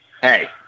Hey